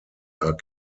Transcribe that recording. are